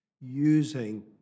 using